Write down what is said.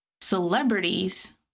celebrities